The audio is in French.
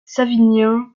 savinien